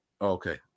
okay